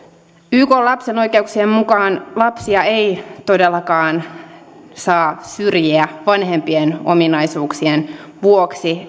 ykn lapsen oikeuksien mukaan lapsia ei todellakaan saa syrjiä vanhempien ominaisuuksien vuoksi